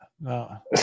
No